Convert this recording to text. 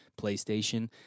PlayStation